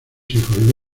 hijos